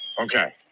Okay